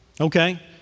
Okay